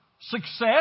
success